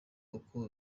uko